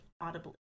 audibly